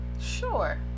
Sure